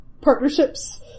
partnerships